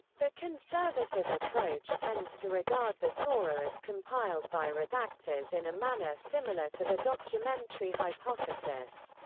the conservative approach tends to regard the torah as compiled by redactors in a manner similar to the documentary hypothesis.